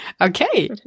Okay